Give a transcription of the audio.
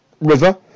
River